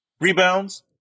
Rebounds